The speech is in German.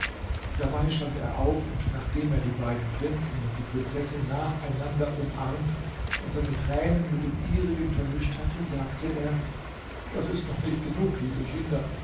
dabei stand er auf und nachdem er die beiden prinzen und die prinzessin nacheinander umarmt und seine tränen mit den ihrigen vermischt hatte sagte er das ist noch nicht genug liebe kinder